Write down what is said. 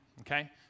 okay